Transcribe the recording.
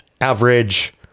average